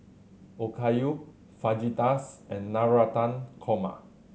Okayu Fajitas and Navratan Korma